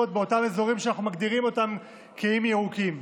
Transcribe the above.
באותם אזורים שאנחנו מגדירים אותם כאיים ירוקים,